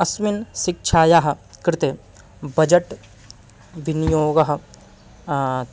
अस्मिन् शिक्षायाः कृते बजट् विनियोगः